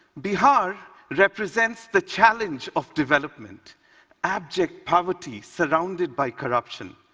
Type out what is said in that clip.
bihar represents the challenge of development abject poverty surrounded by corruption.